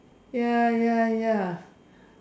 ya ya ya